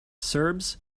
serbs